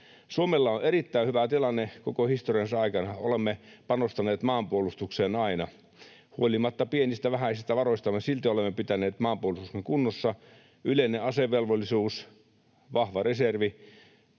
Suomella on ollut erittäin hyvä tilanne koko historiansa aikana. Olemme panostaneet maanpuolustukseen aina. Huolimatta pienistä, vähäisistä varoistamme silti olemme pitäneet maanpuolustuksen kunnossa. Yleinen asevelvollisuus, vahva reservi,